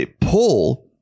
pull